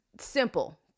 simple